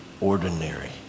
ordinary